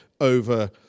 over